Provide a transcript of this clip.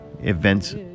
events